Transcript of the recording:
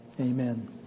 Amen